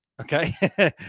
Okay